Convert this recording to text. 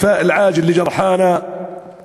להלן תרגומם: תהילה וחיי נצח לשהידים שלנו החפים מפשע,